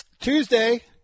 Tuesday